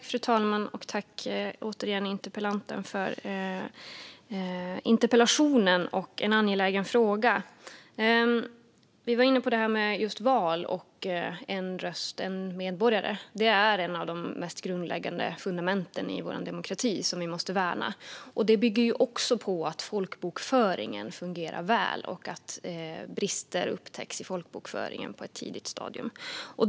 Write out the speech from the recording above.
Fru talman! Jag tackar interpellanten för interpellationen i en angelägen fråga. När det gäller val är en röst per medborgare ett av de mest grundläggande fundamenten i vår demokrati, och det måste vi värna. Därför måste folkbokföringen fungera väl och brister i den upptäckas på ett tidigt stadium.